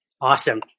Awesome